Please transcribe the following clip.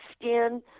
skin